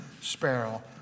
sparrow